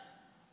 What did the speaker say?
חשבנו שזה יעבור.